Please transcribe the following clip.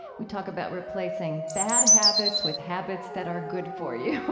we talk about replacing bad habits with habits that are good for you